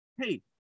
hey